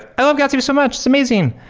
i love gatsby so much. it's amazing.